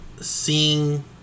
seeing